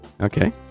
okay